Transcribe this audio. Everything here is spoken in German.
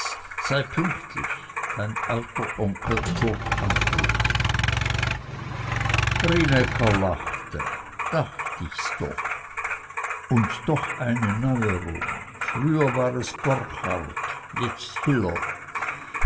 sei pünktlich dein alter onkel kurt anton rienäcker lachte dacht ich's doch und doch eine neuerung früher war es borchardt jetzt hiller